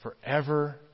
forever